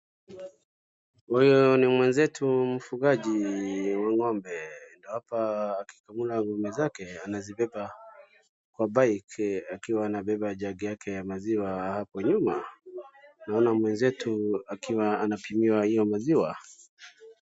Huyu ni mwenzetu mfugaji wa ng'ombe hapa akiwa na ng'ombe zake amezibeba na bike akiwa anabeba jug yake ya maziwa hapo nyuma. Naona mwenzetu akiwa anapimiwa hiyo maziwa.